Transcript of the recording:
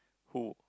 who